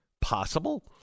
Possible